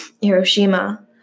Hiroshima